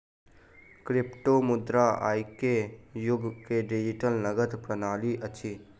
क्रिप्टोमुद्रा आई के युग के डिजिटल नकद प्रणाली अछि